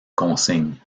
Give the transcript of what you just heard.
consigne